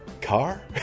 car